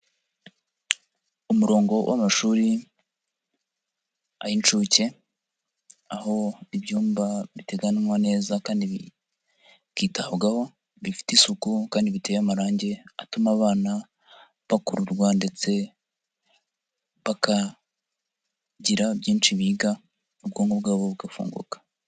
Umurongo w'amashuri ay'incuke, aho ibyumba biteganywa neza kandi bikitabwaho, bifite isuku kandi bifite amarangi atuma abana bakururwa ndetse bakagira byinshi biga, ubwonko bwabo bugafunguka.